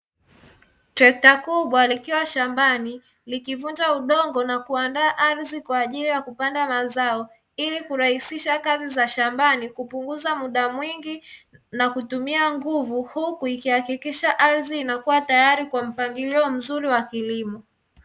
Trekta kubwa likiwa shambani likivuta udongo na kuandaa ardhi kwa ajili ya kupanda mazao ili kurahisisha kazi za shambani kupunguza muda mwingi na kutumia nguvu, huku ikihakikisha ardhi inakuwa tayari kwa mpangilio mzuri wa kilimo.